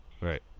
right